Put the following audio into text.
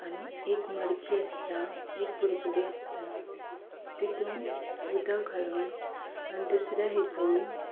आनी एक मडकी आसता एक बुडकुले आसता तातूंत उदक घालून आनी दुसरे हातून